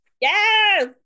Yes